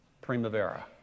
primavera